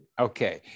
Okay